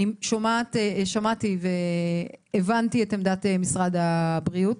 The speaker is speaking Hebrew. שמעתי והבנתי את עמדת משרד הבריאות,